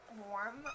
warm